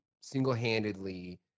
single-handedly